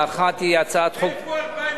האחת היא הצעת חוק, איפה 2009?